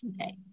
Okay